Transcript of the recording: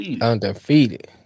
undefeated